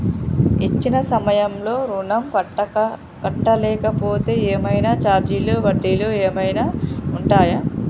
ఇచ్చిన సమయంలో ఋణం కట్టలేకపోతే ఏమైనా ఛార్జీలు వడ్డీలు ఏమైనా ఉంటయా?